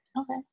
Okay